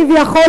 כביכול,